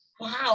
Wow